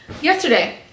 yesterday